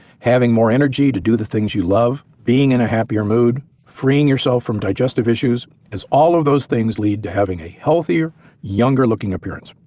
having more energy to do the things you love, being in a happier mood, freeing yourself from digestive issues as all of those things lead to having a healthier younger looking appearance.